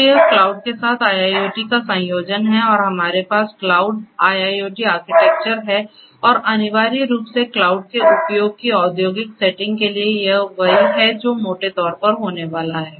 तो यह क्लाउड के साथ IIoT का संयोजन है और हमारे पास क्लाउड IIoT आर्किटेक्चर है और अनिवार्य रूप से क्लाउड के उपयोग की औद्योगिक सेटिंग के लिए यह वही है जो मोटे तौर पर होने वाला है